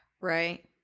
Right